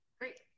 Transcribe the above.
Great